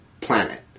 planet